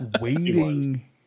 waiting